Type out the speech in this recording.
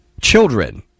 children